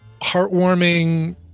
heartwarming